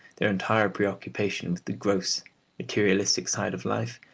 their entire preoccupation with the gross materialistic side of life,